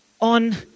on